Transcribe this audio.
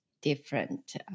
different